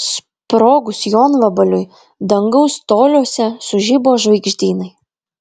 sprogus jonvabaliui dangaus toliuose sužibo žvaigždynai